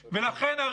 לכן,